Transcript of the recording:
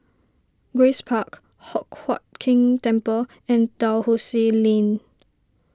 Grace Park Hock Huat Keng Temple and Dalhousie Lane